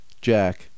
jack